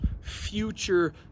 future